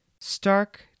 Stark